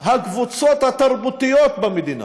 הקבוצות התרבותיות במדינה.